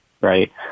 right